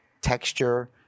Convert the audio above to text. texture